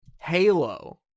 Halo